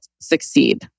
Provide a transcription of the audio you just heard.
succeed